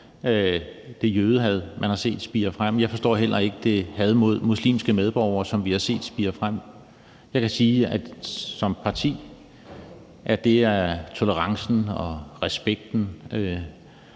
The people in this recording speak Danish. det jødehad, man har set spire frem. Jeg forstår heller ikke det had mod muslimske medborgere, som vi har set spire frem. Jeg kan sige, at tolerance, respekt